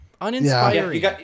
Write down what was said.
Uninspiring